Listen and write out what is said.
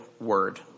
word